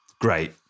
Great